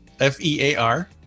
F-E-A-R